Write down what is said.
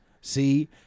see